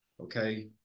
Okay